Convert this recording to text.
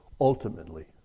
Ultimately